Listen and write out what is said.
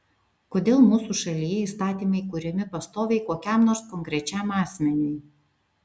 kodėl mūsų šalyje įstatymai kuriami pastoviai kokiam nors konkrečiam asmeniui